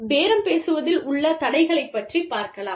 பேரம் பேசுவதில் உள்ள தடைகள் பற்றி பார்க்கலாம்